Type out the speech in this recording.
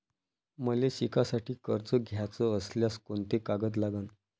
मले शिकासाठी कर्ज घ्याचं असल्यास कोंते कागद लागन?